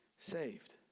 saved